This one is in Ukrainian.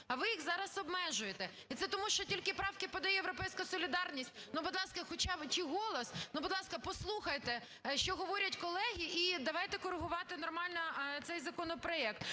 а ви їх зараз обмежуєте. І це тому, що тільки правки подає "Європейська солідарність" чи "Голос"? Ну, будь ласка, послухайте, що говорять колеги, і давайте коригувати нормально цей законопроект.